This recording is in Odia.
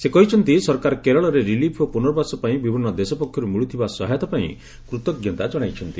ସେ କହିଛନ୍ତି ସରକାର କେରଳରେ ରିଲିଫ୍ ଓ ପୁନର୍ବାସ ପାଇଁ ବିଭିନ୍ନ ଦେଶ ପକ୍ଷରୁ ମିଳୁଥିବା ସହାୟତା ପାଇଁ କୃତଜ୍ଞତା ଜଣାଇଛନ୍ତି